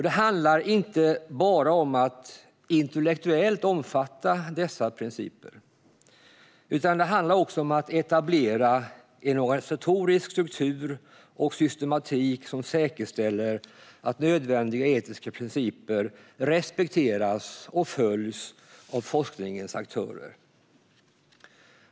Det handlar inte bara om att intellektuellt omfatta dessa principer, utan det handlar också om att etablera en organisatorisk struktur och systematik som säkerställer att nödvändiga etiska principer respekteras och följs av forskningens aktörer.